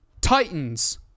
titans